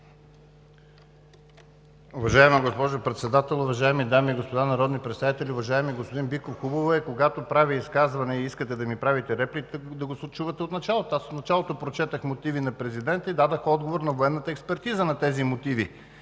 Уважаема госпожо Председател, уважаеми дами и господа народни представители! Уважаеми господин Биков, хубаво е, когато правя изказване и искате да ми правите реплика, да ме чувате от началото. В началото прочетох мотивите на президента и дадох отговор на военната експертиза на тези мотиви,